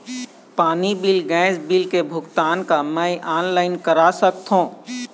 पानी bill gas bill के भुगतान का मैं ऑनलाइन करा सकथों?